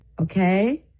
okay